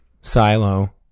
silo